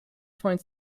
find